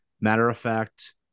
matter-of-fact